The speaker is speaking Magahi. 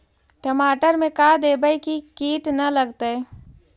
टमाटर में का देबै कि किट न लगतै?